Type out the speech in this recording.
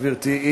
גברתי,